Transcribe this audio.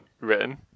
written